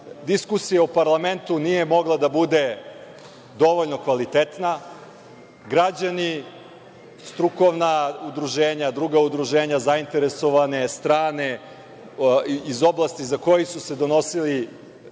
diskusija u parlamentu nije mogla da bude dovoljno kvalitetna. Građani, strukovna udruženja, druga udruženja, zainteresovane strane, iz oblasti u kojoj su se donosili